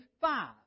five